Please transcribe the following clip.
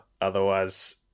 Otherwise